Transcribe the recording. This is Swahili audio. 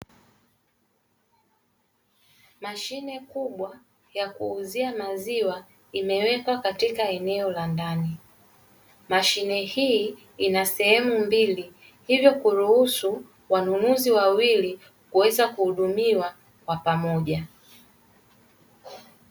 Mashine kubwa ya kuuzia maziwa imewekwa katika eneo la ndani, mashine hii ina sehemu mbili hivyo kuruhusu wanunuzi wawili kuweza kuhudumiwa kwa pamoja.